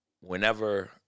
whenever